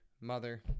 mother